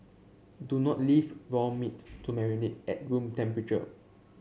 do not leave raw meat to marinate at room temperature